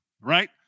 right